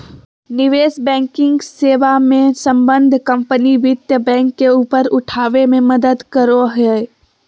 निवेश बैंकिंग सेवा मे सम्बद्ध कम्पनी वित्त बैंक के ऊपर उठाबे मे मदद करो हय